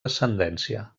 descendència